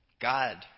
God